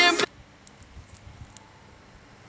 and